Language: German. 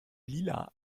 lila